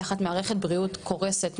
תחת מערכת בריאות קורסת,